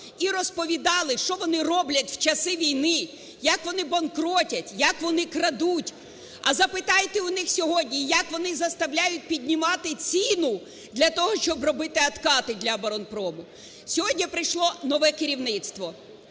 і розповідали, що вони роблять в часи війни, як вони банкрутять, як вони крадуть. А запитайте у них сьогодні, як вони заставляють піднімати ціну для того, щоб робити откати для оборонпрому. Сьогодні прийшло нове керівництво.